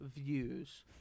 views